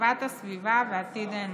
לטובת הסביבה ועתיד האנושות.